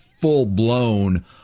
full-blown